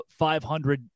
500